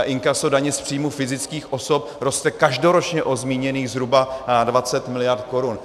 Inkaso daně z příjmu fyzických osob roste každoročně o zmíněných zhruba 20 mld. korun.